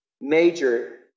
major